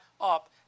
up